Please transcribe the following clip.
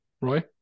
Roy